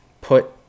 put